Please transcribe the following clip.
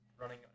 running